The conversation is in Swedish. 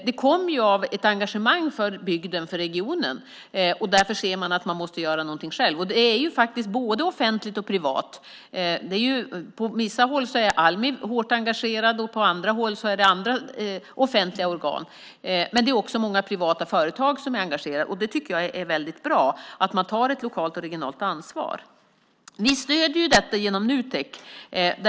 Det kommer av ett engagemang för bygden och regionen, och därför ser man att man måste göra något själv. Det är faktiskt både offentligt och privat. På vissa håll är Almi mycket engagerat, på andra håll är det andra offentliga organ. Men det är också många privata företag som är engagerade, och det är mycket bra att man tar ett lokalt och regionalt ansvar. Vi stöder detta genom Nutek.